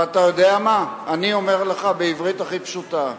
ואתה יודע מה, אני אומר לך בעברית הכי פשוטה: